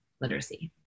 literacy